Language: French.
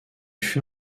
fut